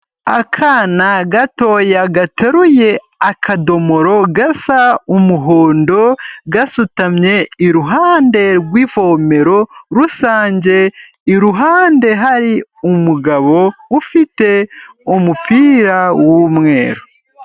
Akana gatoya gateruye akadomoro gasa umuhondo, gasutamye iruhande rw'ivomero rusange, iruhande hari umugabo ufite umupira w'umweru.